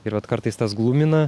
ir vat kartais tas glumina